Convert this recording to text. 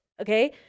Okay